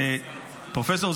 אדוני,